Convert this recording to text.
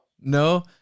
No